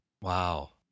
Wow